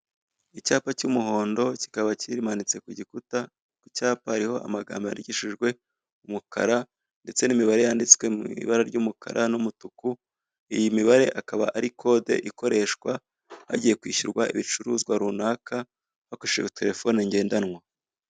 Icyapa cy'umuhondo kikaba kimanitse ku gikuta. Ku cyapa hariho amagambo yandikishijwe umukara ndeste n' imibare yanditswe mu ibara ry'umukara n'umutuku. Iyi mibare akaba ari kode ikoreshwa hagiye kwishyurwa ibicuruzwa runaka, bakoresheje terefone ngendanwa.